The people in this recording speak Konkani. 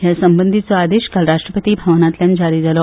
ह्या संबंदीचो आदेश काल राष्ट्रपती भवनांतल्यान जारी जालो